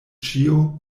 ĉio